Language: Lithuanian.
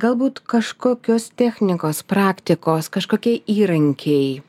galbūt kažkokios technikos praktikos kažkokie įrankiai